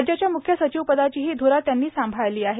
राज्याच्या मुख्य सचिवपदाचीही ध्रा त्यांनी सांभाळली आहे